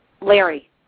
Larry